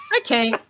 Okay